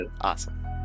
awesome